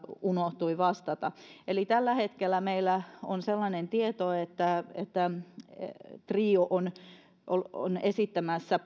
unohtui vastata tällä hetkellä meillä on sellainen tieto että että trio on on esittämässä